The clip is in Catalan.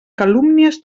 calúmnies